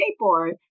skateboard